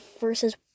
versus